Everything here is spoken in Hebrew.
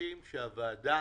שמבקשים שהוועדה